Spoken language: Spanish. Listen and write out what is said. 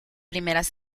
primeras